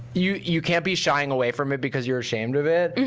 you you can't be shying away from it because you're ashamed of it.